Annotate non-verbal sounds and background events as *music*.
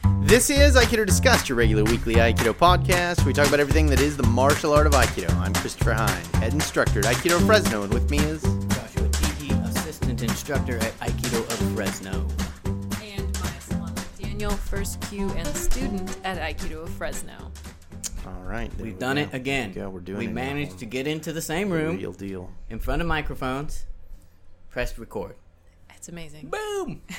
This is Aikido Discussed, your regular weekly Aikido podcast. We talk about everything that is the martial art of Aikido. I'm Christopher Hine, head instructor at Aikido Fresno, and with me is- Joshua Teehee, assistant instructor at Aikido of Fresno. And my son Daniel, first Q and student at Aikido of Fresno. *tsk* All right, there We've we done go. it again. There we go, we're doing We it now. managed to get into the same room, Real deal. in front of microphones, pressed record. That's amazing. Boom!